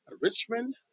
Richmond